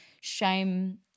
shame